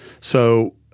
So-